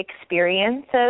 experiences